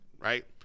right